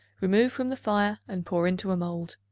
remove from the fire and pour into a mold.